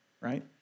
right